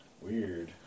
Weird